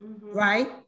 right